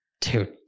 dude